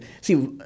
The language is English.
See